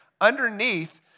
underneath